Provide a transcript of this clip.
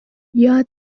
یاد